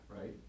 right